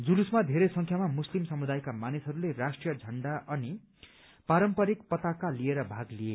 जुलुसमा धेरै संख्यामा मुस्लिम समुदायका मानिसहरूले राष्ट्रीय झण्डा अनि पारम्पारिक पताका लिएर भाग लिए